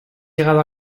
llegado